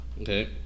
Okay